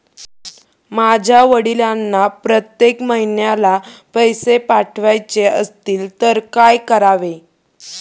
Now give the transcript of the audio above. माझ्या वडिलांना प्रत्येक महिन्याला पैसे पाठवायचे असतील तर काय करावे?